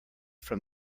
from